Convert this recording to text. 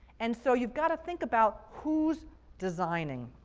and so you've got to think about who's designing.